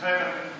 מתחייב אני